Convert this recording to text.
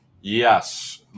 yes